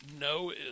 no